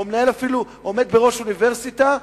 או אפילו עומד בראש אוניברסיטה,